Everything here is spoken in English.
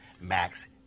Max